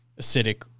acidic